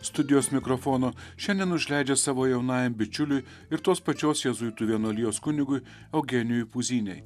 studijos mikrofono šiandien užleidžia savo jaunajam bičiuliui ir tos pačios jėzuitų vienuolijos kunigui eugenijui puzynei